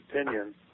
opinion